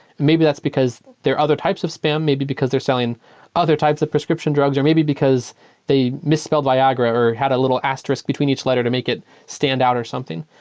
maybe that's because there are other types of spam. maybe because they're selling other types of prescription drugs or maybe because they misspelled viagra or had a little asterisk between each letter to make it stand out or something.